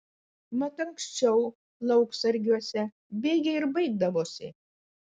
mat anksčiau lauksargiuose bėgiai ir baigdavosi